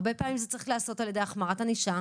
הרבה פעמים זה צריך להיעשות על ידי החמרת ענישה,